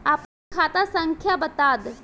आपन खाता संख्या बताद